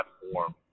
platform